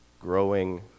growing